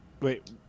Wait